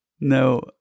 No